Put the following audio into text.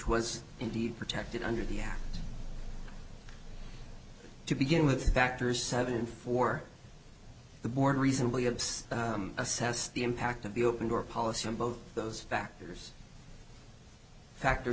was indeed protected under the to begin with factors seven for the board reasonably it's assess the impact of the open door policy on both those factors factor